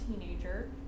teenager